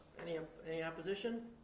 any um any opposition?